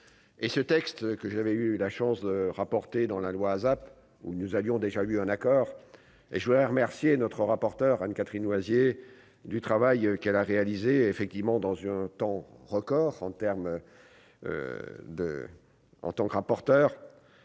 et ce texte que j'avais eu la chance de rapporter dans la loi ASAP où nous avions déjà eu un accord et je voudrais remercier notre rapporteur Anne-Catherine Loisier du travail qu'elle a réalisé effectivement dans un temps record en termes de en tant que rapporteur